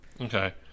Okay